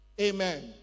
Amen